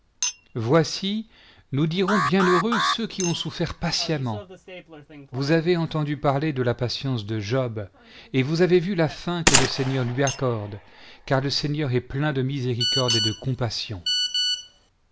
voici nous dirons bienheureux ceux qui ont souffert patiemment vous avez entendu parler de la patience de job et vous avez vu la fin que leseigneur lui accorde car le seigneur est plein de miséricorde et de compassion